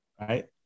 Right